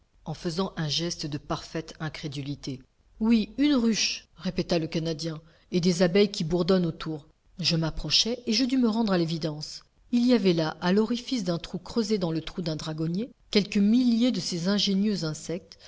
en faisant un geste de parfaite incrédulité oui une ruche répéta le canadien et des abeilles qui bourdonnent autour je m'approchai et je dus me rendre à l'évidence il y avait là à l'orifice d'un trou creusé dans le trou d'un dragonnier quelques milliers de ces ingénieux insectes